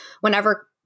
whenever